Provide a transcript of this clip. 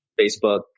Facebook